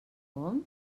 com